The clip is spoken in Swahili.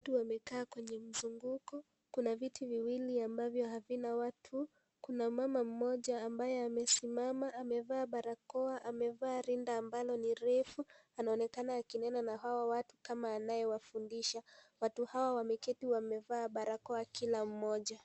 Watu wamekaa kwenye mzunguko. Kuna viti viwili ambavyo havina watu. Kuna mama mmoja ambaye amesimama, amevaa barakoa, amevaa rinda ambalo ni refu, anaonekana akinena na hao watu kama anayewafundisha. Watu hawa wameketi wamevaa barakoa kila mmoja.